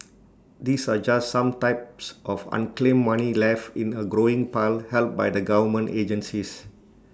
these are just some types of unclaimed money left in A growing pile held by the government agencies